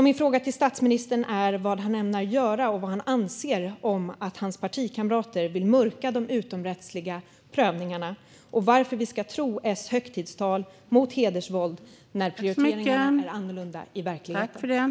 Min fråga till statsministern är vad han ämnar göra och vad han anser om att hans partikamrater vill mörka de här utomrättsliga prövningarna - och varför vi ska tro på S högtidstal mot hedersvåld när prioriteringarna är annorlunda i verkligheten.